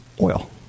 oil